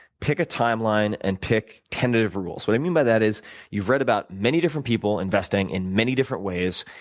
pick a timeline and pick tentative rules. what i mean by that is you've read about many different people investing in many different ways,